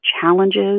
challenges